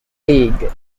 league